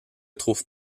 trouvent